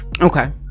okay